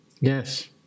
Yes